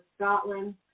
Scotland